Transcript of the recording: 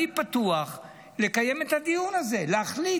אני פתוח לקיים את הדיון הזה, להחליט.